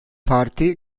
parti